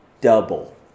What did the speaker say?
double